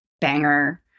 banger